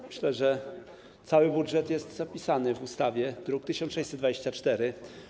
Myślę, że cały budżet jest zapisany w ustawie, druk nr 1624.